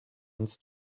funds